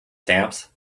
stamps